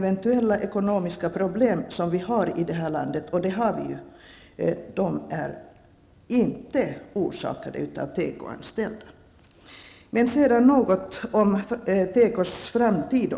De ekonomiska problem som vi har i det här landet är inte orsakade av de tekoanställda. Jag vill även säga något om tekoindustrins framtid.